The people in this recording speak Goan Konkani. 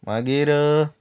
मागीर